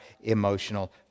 emotional